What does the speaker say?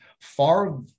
far